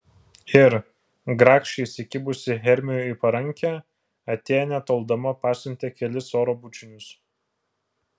ir grakščiai įsikibusi hermiui į parankę atėnė toldama pasiuntė kelis oro bučinius